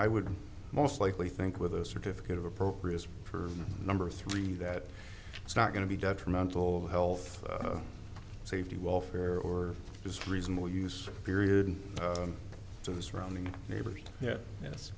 i would most likely think with a certificate of appropriate for number three that it's not going to be detrimental health safety welfare or is reasonable use period to the surrounding neighborhood yes yes